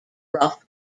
rough